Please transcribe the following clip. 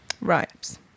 Right